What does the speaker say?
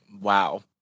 Wow